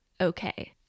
okay